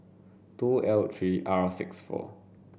two L three R six four